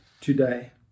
today